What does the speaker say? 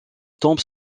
tombes